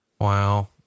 Wow